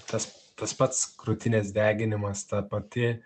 tas tas pats krūtinės deginimas ta pati